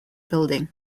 building